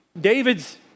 davids